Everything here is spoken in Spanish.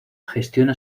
gestiona